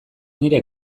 nire